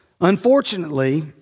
Unfortunately